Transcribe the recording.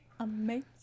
amazing